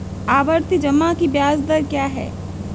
आवर्ती जमा की ब्याज दर क्या है?